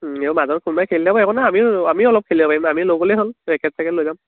মাজত কোনোবাই খেলি থাকিব একো নাই আমি আমিও অলপ খেলিব পাৰিম আমি লৈ গ'লেই হ'ল ৰেকেট চেকেট লৈ যাম